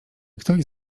ktoś